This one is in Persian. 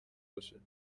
باشد